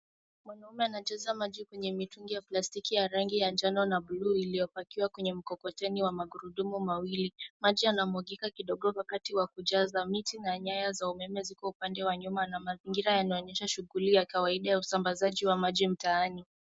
Mwanaume anajaza maji kwenye mitungi ya plastiki ya rangi ya njano na buluu iliyopakiwa kwenye mkokoteni wa magurudumu mawili. Maji yanamwagika kidogo wakati wa kujaza. Miti na nyaya za umeme ziko upande wa nyuma. Na mazingira yanaonyesha shughuli ya kawaida ya usambazaji wa maji mtaani.